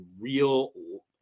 real